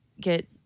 get